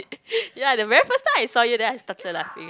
ya the very first time I saw you then I started laughing